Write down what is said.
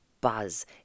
buzz